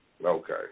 Okay